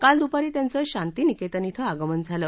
काल दुपारी त्यांचं शांती निकेतन श्वे आगमन झालं